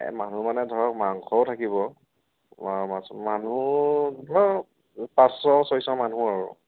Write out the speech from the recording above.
মানুহ মানে ধৰক মাংসও থাকিব মা মানুহ ধৰক পাঁচশ ছয়শ মানুহ আৰু